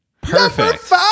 Perfect